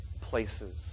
places